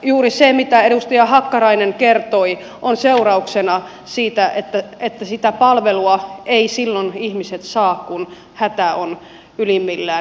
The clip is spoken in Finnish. juuri se mitä edustaja hakkarainen kertoi on seurauksena siitä että sitä palvelua eivät ihmiset saa silloin kun hätä on ylimmillään